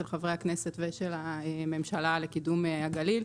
חברי הכנסת ושל הממשלה לקידום הגליל.